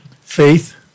Faith